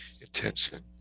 Intention